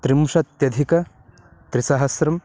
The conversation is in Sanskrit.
त्रिंशत्यधिकत्रिसहस्रं